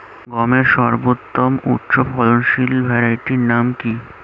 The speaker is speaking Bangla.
গমের সর্বোত্তম উচ্চফলনশীল ভ্যারাইটি নাম কি?